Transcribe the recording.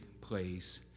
place